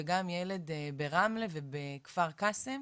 ילד ברמלה ובכפר קאסם,